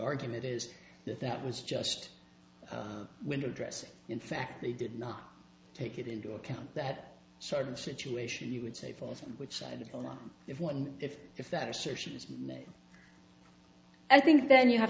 argument is that that was just window dressing in fact they did not take it into account that sort of situation you would say falls on which side of the law if one if if that assertion is i think then you have